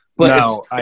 No